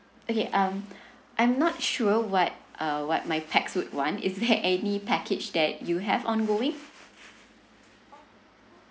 okay um I'm not sure what uh what my pax would want is there any package that you have ongoing